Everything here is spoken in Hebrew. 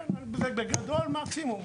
זה בגדול וזה המקסימום.